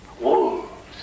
wolves